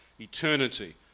eternity